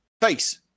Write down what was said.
face